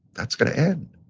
that's gonna end.